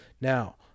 now